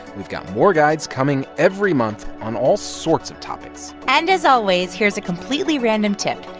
we've got more guides coming every month on all sorts of topics and as always, here's a completely random tip,